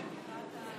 בעד.